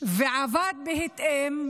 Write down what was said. והוא עבד בהתאם,